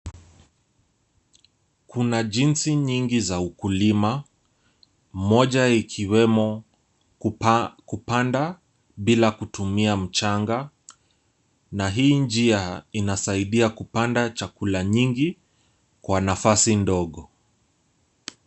Kuna jinsi nyingi za ukulima, moja ikiwemo kupanda bila kutumia mchanga na hii njia inasaidia kupanda chakula nyingi kwa nafasi ndogo.